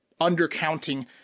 undercounting